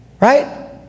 right